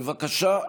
בבקשה.